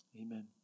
amen